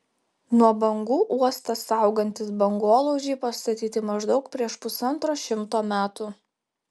nuo bangų uostą saugantys bangolaužiai pastatyti maždaug prieš pusantro šimto metų